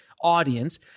audience